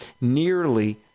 nearly